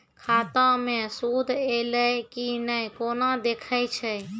खाता मे सूद एलय की ने कोना देखय छै?